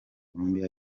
colombia